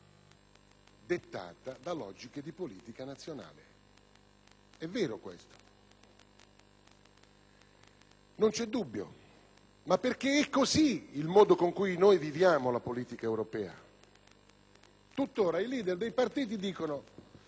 non c'è dubbio; è così perché è questo il modo in cui viviamo la politica europea. Tuttora i *leader* dei partiti dicono: alle europee vedremo il risultato e quel che accadrà nel nostro partito e, nella politica italiana.